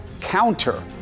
counter